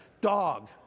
Dog